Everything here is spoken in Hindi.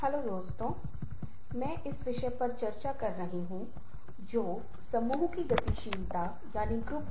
हैलो दोस्तों आज हम मूलबातो को समझते हुए मल्टीमीडिया प्रस्तुति देखने जा रहे हैं